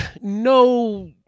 no